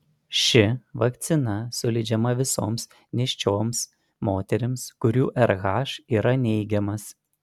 ši vakcina suleidžiama visoms nėščioms moterims kurių rh yra neigiamas